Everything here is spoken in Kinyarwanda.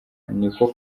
niko